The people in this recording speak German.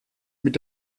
mit